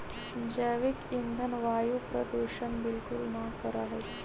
जैविक ईंधन वायु प्रदूषण बिलकुल ना करा हई